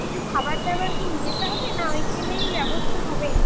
কিছু খাবার দাবার কি নিয়ে যেতে হবে না ওইখানেই ব্যবস্থা হবে